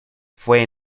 fue